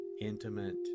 intimate